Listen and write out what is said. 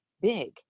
big